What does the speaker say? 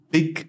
Big